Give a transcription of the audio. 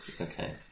Okay